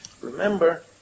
remember